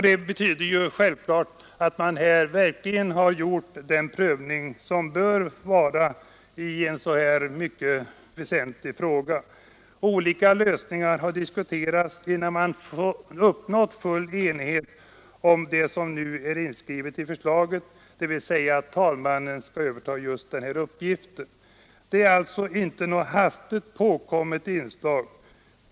Det betyder självfallet att man här verkligen har gjort den prövning som bör göras i en sådan här mycket väsentlig fråga. Olika lösningar har diskuterats innan man uppnått full enighet om det som nu är inskrivet i förslaget — dvs. att talmannen skall överta just den här uppgiften. Det är alltså inte något hastigt tillkommet inslag.